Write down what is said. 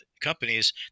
companies